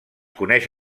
coneix